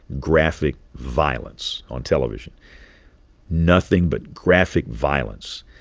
graphic violence on television nothing but graphic violence.